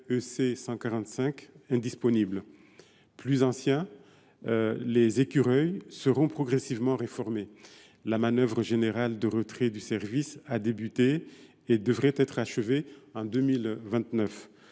les hélicoptères Écureuil seront progressivement réformés : la manœuvre générale de retrait du service a débuté et devrait être achevée en 2029.